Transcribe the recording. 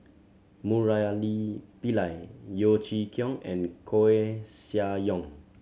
Murali Pillai Yeo Chee Kiong and Koeh Sia Yong